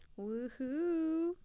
woohoo